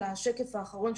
לשקף האחרון,